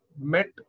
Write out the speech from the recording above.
met